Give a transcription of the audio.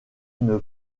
une